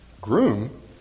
groom